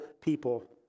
people